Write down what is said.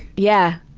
yeah!